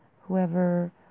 whoever